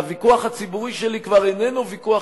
והוויכוח הציבורי שלי כבר איננו ויכוח